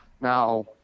Now